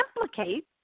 implicate